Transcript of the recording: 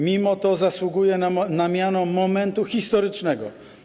Mimo to zasługuje na miano momentu historycznego.